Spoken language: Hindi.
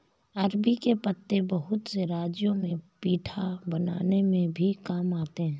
अरबी के पत्ते बहुत से राज्यों में पीठा बनाने में भी काम आते हैं